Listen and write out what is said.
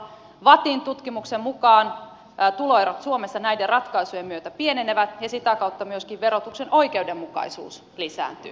vattin tutkimuksen mukaan tuloerot suomessa näiden ratkaisujen myötä pienenevät ja sitä kautta myöskin verotuksen oikeudenmukaisuus lisääntyy